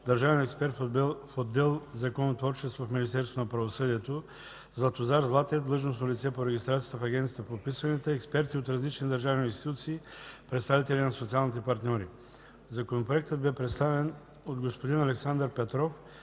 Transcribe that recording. държавен експерт в отдел „Законотворчество” в Министерството на правосъдието; Златозар Златев – длъжностно лице по регистрацията в Агенцията по вписванията, експерти от различни държавни институции, представители на социалните партньори. Законопроектът бе представен от господин Александър Петров